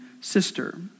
sister